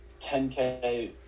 10K